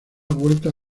vueltas